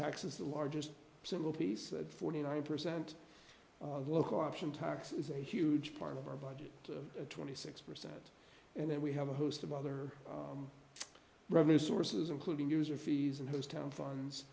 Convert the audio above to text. taxes the largest single piece that forty nine percent of local option tax is a huge part of our budget twenty six percent and then we have a host of other revenue sources including user fees in his town funds